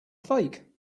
fake